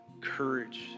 courage